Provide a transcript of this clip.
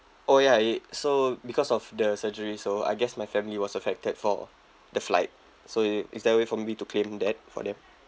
oh ya i~ so because of the surgery so I guess my family was affected for the flight so is there a way for me to claim that for them